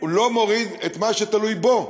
הוא לא מוריד את מה שתלוי בו: